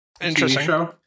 Interesting